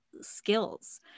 skills